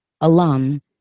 alum